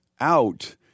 out